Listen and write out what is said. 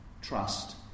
trust